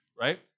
right